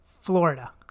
Florida